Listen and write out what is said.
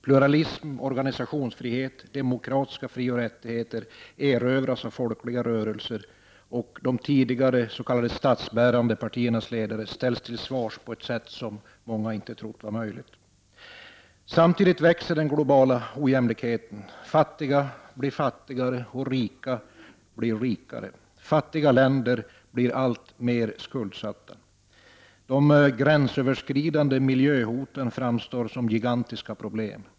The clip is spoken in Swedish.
Pluralism, oganisationsfrihet, demokratiska frioch rättigheter erövras av folkliga rörelser, och de tidigare s.k. statsbärande partiernas ledare ställs till svars på ett sätt som många inte trott var möjligt. Samtidigt växer den globala ojämlikheten. Fattiga blir fattigare och rika blir rikare. Fattiga länder blir alltmer skuldsatta. De gränsöverskridande miljöhoten framstår som gigantiska problem.